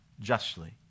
justly